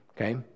okay